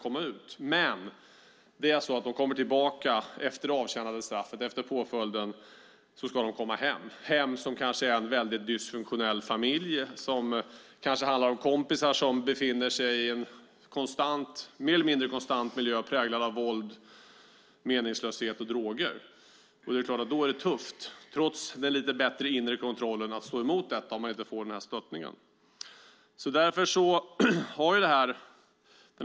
Men efter det avtjänade straffet kommer de hem, kanske till en dysfunktionell familj och kompisar som befinner sig i en miljö präglad av våld, meningslöshet och droger. Då är det, trots bättre inre kontroll, svårt att stå emot om man inte får stöttning.